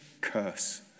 curse